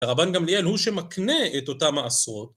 רבן גמליאל הוא שמקנה את אותן מעשרות.